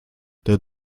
der